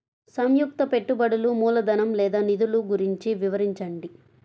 సంయుక్త పెట్టుబడులు మూలధనం లేదా నిధులు గురించి వివరించండి?